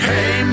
Hey